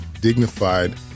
dignified